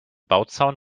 bauzaun